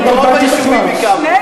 את רוב היישובים הקמנו.